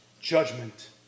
Judgment